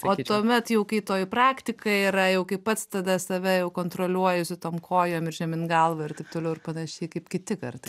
o tuomet jau kai toji praktika yra jau kai pats tada save jau kontroliuoji tom kojom ir žemyn galva ir taip toliau ir panašiai kaip kiti kartai